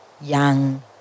young